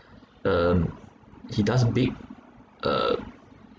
um he does big uh